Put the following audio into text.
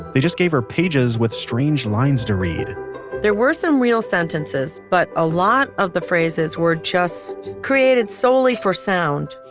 they just gave her pages with strange lines to read there were some real sentences but a lot of the phrases were just created solely for sound.